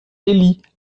élie